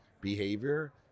behavior